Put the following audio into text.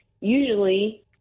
usually